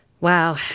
Wow